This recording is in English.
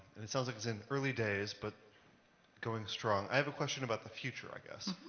and it sounds like it's in early days but going strong. i have a question about the future i guess.